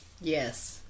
Yes